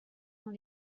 dans